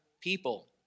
people